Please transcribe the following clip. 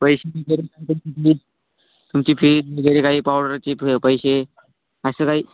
पैसे वगैरे तुमची फीज वगैरे काही पावडरची फ पैसे असं काही